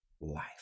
life